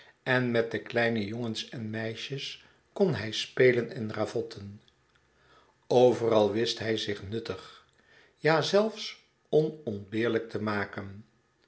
en met de kleine jongens en meisjes kon hij spelen en ravotten overal wist hij zich nuttig ja zelfs onontbeerlijk te maken